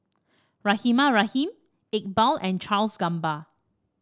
Rahimah Rahim Iqbal and Charles Gamba